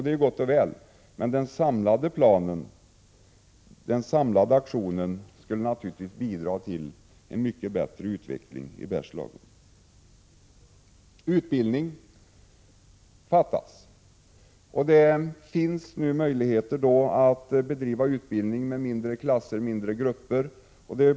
Det är ju gott och väl, men en samlad aktion skulle naturligtvis bidra till en mycket bättre utveckling i Bergslagen. Utbildning fattas. Det finns nu möjligheter att bedriva utbildning med mindre klasser, eller mindre grupper.